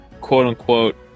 quote-unquote